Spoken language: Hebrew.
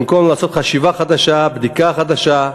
במקום לעשות חשיבה חדשה, בדיקה חדשה,